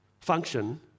function